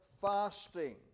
fasting